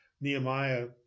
Nehemiah